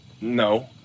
No